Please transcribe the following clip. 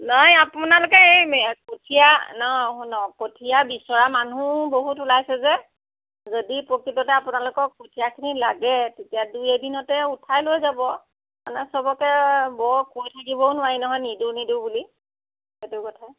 নহয় আপোনালোকে এই কঠীয়া ন অঁ শুনক কঠীয়া বিচৰা মানুহ বহুত ওলাইছে যে যদি প্ৰকৃততে আপোনালোকক কঠীয়া খিনি লাগে তেতিয়া দুই এদিনতে উঠাই লৈ যাৱ মানে সবকে বৰ কৈ থাকিবও নোৱাৰি নহয় নিদো নিদো বুলি সেইটো কথা